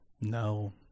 No